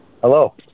Hello